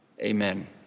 Amen